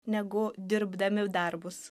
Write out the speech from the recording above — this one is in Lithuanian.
negu dirbdami darbus